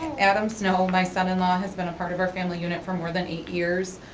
adam snow, my son-in-law, has been a part of our family unit for more than eight years.